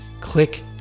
click